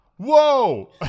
Whoa